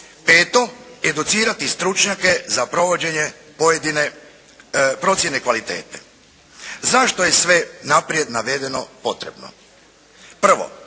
Peto, educirati stručnjake za provođenje pojedine procjene kvalitete. Zašto je sve naprijed navedeno potrebno? Prvo,